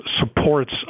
supports